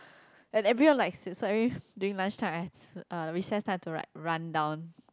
and everyone likes this so I mean during lunchtime recess time I have to like run down